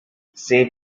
save